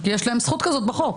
כי יש להם זכות כזאת בחוק.